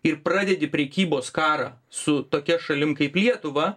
ir pradedi prekybos karą su tokia šalim kaip lietuva